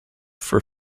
for